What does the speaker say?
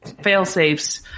fail-safes